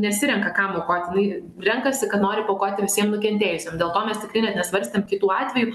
nesirenka kam aukoti jinai renkasi ką nori paaukoti visiem nukentėjusiem dėl to mes tikrai net nesvarstėm kitų atvejų